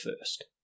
first